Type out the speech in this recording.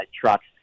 trucks